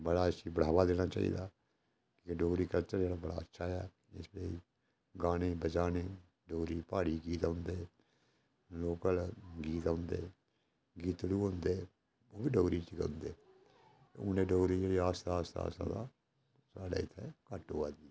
बड़ा इसी बढ़ावा देना चाहिदा एह् डोगरी कल्चर जेह्ड़ा ऐ बड़ा अच्छा ऐ गाने बजाने डोगरी प्हाड़ी गीत औंदे लोकल गीत औंदे गीतड़ू होंदे ओह् बी डोगरी च गै होंदे ते हून एह् डोगरी जेह्ड़ी ऐ आस्ता आस्ता आस्ता साढ़ै इत्थै घट्ट होआ दी